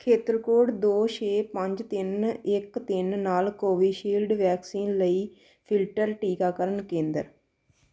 ਖੇਤਰ ਕੋਡ ਦੋ ਛੇ ਪੰਜ ਤਿੰਨ ਇੱਕ ਤਿੰਨ ਨਾਲ ਕੋਵਿਸ਼ੀਲਡ ਵੈਕਸੀਨ ਲਈ ਫਿਲਟਰ ਟੀਕਾਕਰਨ ਕੇਂਦਰ